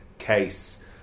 case